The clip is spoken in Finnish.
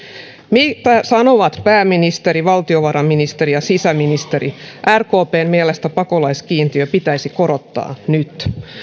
mitä sanovat pääministeri valtiovarainministeri ja sisäministeri rkpn mielestä pakolaiskiintiötä pitäisi korottaa nyt